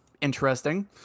interesting